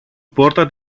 πόρτα